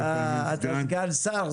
אתה סגן שר.